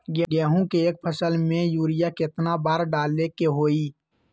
गेंहू के एक फसल में यूरिया केतना बार डाले के होई?